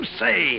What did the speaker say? say